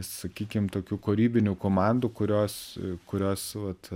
sakykim tokių kūrybinių komandų kurios kurios vat